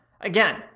again